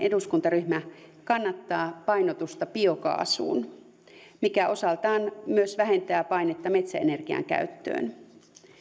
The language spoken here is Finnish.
eduskuntaryhmä kannattaa painotusta biokaasuun mikä osaltaan myös vähentää painetta metsäenergian käyttöön